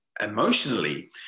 emotionally